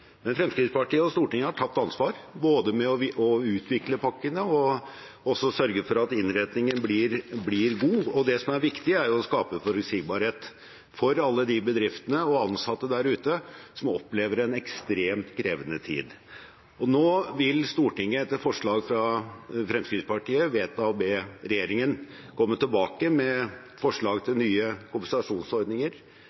Men Fremskrittspartiet og Stortinget har tatt ansvar, både med å utvikle pakkene og også med å sørge for at innretningen blir god. Det som er viktig, er å skape forutsigbarhet for alle de bedriftene og ansatte der ute som opplever en ekstremt krevende tid. Og nå vil Stortinget, etter forslag fra Fremskrittspartiet, vedta å be regjeringen komme tilbake med forslag til